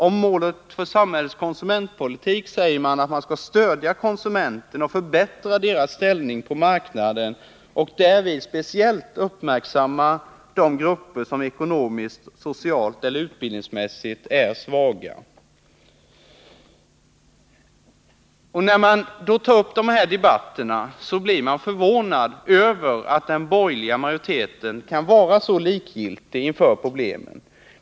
Om målet för samhällets konsumentpolitik säger man att man skall stödja konsumenterna och förbättra deras ställning på marknaden och därvid speciellt uppmärksamma de grupper som ekonomiskt, socialt eller utbildningsmässigt är svaga. När man tar upp dessa debatter blir man förvånad över att den borgerliga majoriteten kan vara så likgiltig inför problemen.